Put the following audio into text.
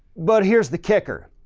but here's the kicker.